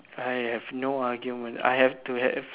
mm I have no argument I have to have